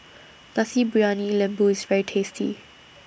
Nasi Briyani Lembu IS very tasty